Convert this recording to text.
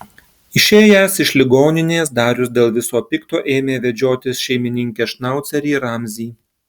išėjęs iš ligoninės darius dėl viso pikto ėmė vedžiotis šeimininkės šnaucerį ramzį